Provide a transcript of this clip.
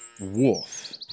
wolf